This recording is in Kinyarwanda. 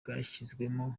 bwashyizweho